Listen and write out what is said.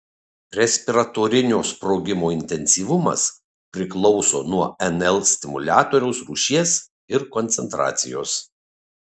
respiratorinio sprogimo intensyvumas priklauso nuo nl stimuliatoriaus rūšies ir koncentracijos